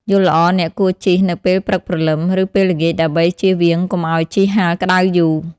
យល់ល្អអ្នកគួរជិះនៅពេលព្រឹកព្រលឹម ឬពេលល្ងាចដើម្បីជៀសវាងកុំឱ្យជិះហាលក្ដៅយូរ។